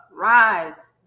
rise